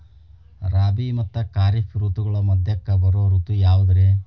ರಾಬಿ ಮತ್ತ ಖಾರಿಫ್ ಋತುಗಳ ಮಧ್ಯಕ್ಕ ಬರೋ ಋತು ಯಾವುದ್ರೇ?